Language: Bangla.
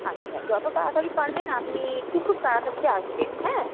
আচ্ছা যত তাড়াতাড়ি পারবেন আপনি একটু খুব তাড়াতাড়িতে আসবেন হ্যাঁ